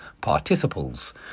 participles